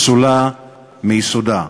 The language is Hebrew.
פסולה מיסודה.